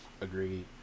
Agreed